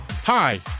Hi